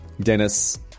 Dennis